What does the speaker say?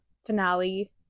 Finale